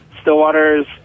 Stillwater's